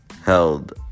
held